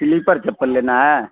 sleeper چپل لینا ہے